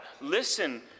listen